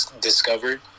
discovered